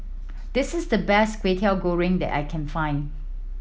this is the best Kwetiau Goreng that I can find